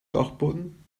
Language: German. dachboden